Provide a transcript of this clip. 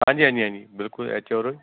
ਹਾਂਜੀ ਹਾਂਜੀ ਹਾਂਜੀ ਬਿਲਕੁਲ